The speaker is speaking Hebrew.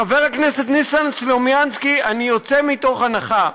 חבר הכנסת ניסן סלומינסקי, אני יוצא מתוך הנחה,